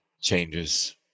changes